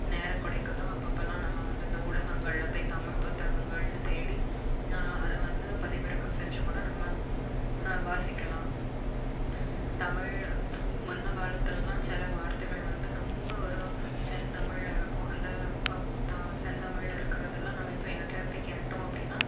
நேரம் கிடைக்குதோ அப்பப்போலாம் நம்ம வந்து இந்த ஊடங்கள்ல போய் தமிழ் புத்தகங்கள்னு தேடி அதை வந்து பதிவிறக்கம் செஞ்சு கூட நம்ம வாசிக்கலாம் தமிழ் முன்னே காலத்திலலாம் சில வார்த்தைகள் வந்து ரொம்ப ஒரு செந்தமிழ்ல இருக்கும் அந்த வ த செந்தமிழ்ல இருக்கிறதெல்லாம் நம்ம இப்போ யார்கிட்டையாவது போய் கேட்டோம் அப்படினா